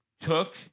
took